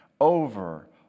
over